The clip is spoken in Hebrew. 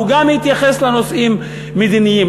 הוא גם התייחס לנושאים מדיניים.